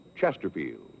Chesterfield